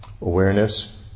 awareness